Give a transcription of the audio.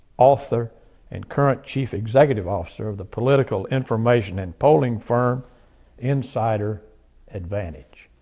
author and current chief executive officer of the political information and polling firm insider advantage.